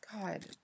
God